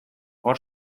hor